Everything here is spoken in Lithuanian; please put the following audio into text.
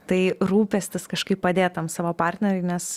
tai rūpestis kažkaip padėt tam savo partneriui nes